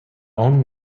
own